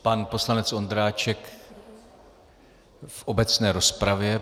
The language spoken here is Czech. Pan poslanec Ondráček v obecné rozpravě.